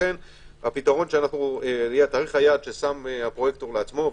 ולכן תאריך היעד ששם הפרויקטור לעצמו,